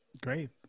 Great